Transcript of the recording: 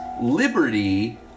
Liberty